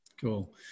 Cool